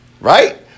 Right